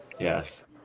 Yes